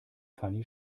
fanny